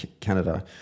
Canada